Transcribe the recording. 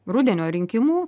rudenio rinkimų